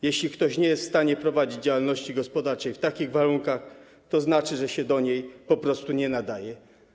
Jeśli ktoś nie jest w stanie prowadzić działalności gospodarczej w takich warunkach, to znaczy, że się do niej po prostu nie nadaje.